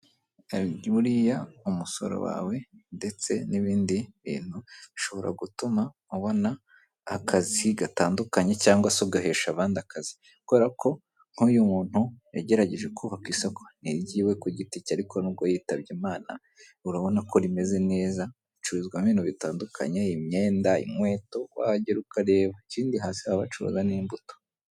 Buriya umusoro wawe ndetse n'ibindi bintu bishobora gutuma ubona akazi gatandukanye cyangwa se ugahesha abandi akazi kubera ko nk'uyu muntu yagerageje kubaka isoko ni iryiwe ku giti cye ariko nubwo yitabye imana urabona ko rimeze neza, curuzwamo ibintu bitandukanye imyenda, inkweto wahagera ukareba ikindi hasi baba curuza n'imbuto.